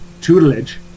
tutelage